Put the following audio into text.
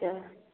अच्छा